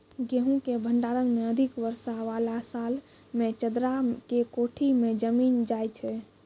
गेहूँ के भंडारण मे अधिक वर्षा वाला साल मे चदरा के कोठी मे जमीन जाय छैय?